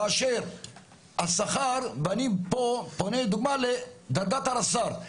כאשר השכר, ואני פה פונה דוגמה לדרגת הרס"ר.